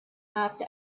after